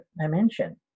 dimension